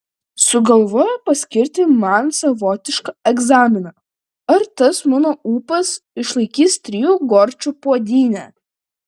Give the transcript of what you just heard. sugalvojo paskirti man savotišką egzaminą ar tas mano ūpas išlaikys trijų gorčių puodynę